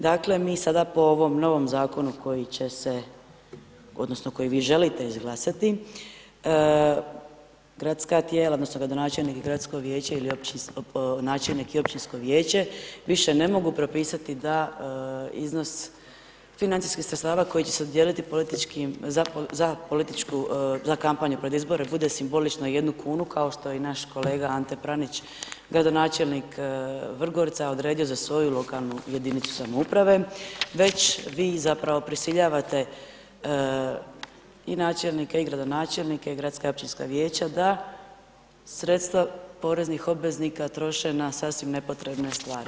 Dakle, mi sada po ovom novom zakonu koji će se odnosno koji vi želite izglasati, gradska tijela odnosno gradonačelnik i gradsko vijeće ili načelnik i općinsko vijeće više ne mogu propisati da iznos financijskih sredstava koji će se dodijeliti političkim, za političku, za kampanju pred izbore bude simbolično 1 kunu kao što je i naš kolega Ante Pranić, gradonačelnik Vrgorca odredio za svoju lokalnu jedinicu samouprave, već vi zapravo prisiljavate i načelnike i gradonačelnike i gradska općinska vijeća da sredstava poreznih obveznika troše na sasvim nepotrebne stvari.